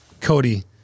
Cody